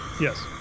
Yes